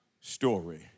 story